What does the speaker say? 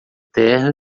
terra